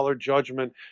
judgment